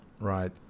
Right